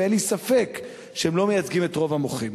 ואין לי ספק שהם לא מייצגים את רוב המוחים.